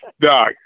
Doc